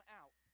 out